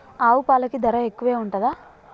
ఆవు పాలకి ధర ఎక్కువే ఉంటదా?